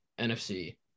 NFC